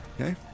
okay